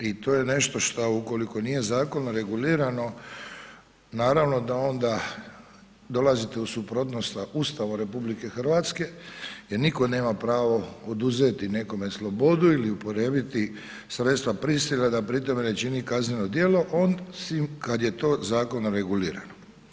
I to je nešto šta ukoliko nije zakonom regulirano naravno da onda dolazite u suprotnost sa Ustavom RH jer nitko nema pravo oduzeti nekome slobodu ili upotrijebiti sredstva prisile da pri tome ne čini kazneno djelo osim kad je to zakonom regulirano.